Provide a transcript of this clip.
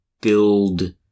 build